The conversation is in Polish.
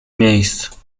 miejsc